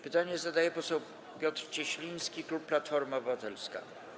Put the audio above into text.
Pytanie zadaje poseł Piotr Cieśliński, klub Platforma Obywatelska.